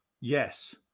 Yes